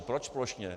Proč plošně?